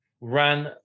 ran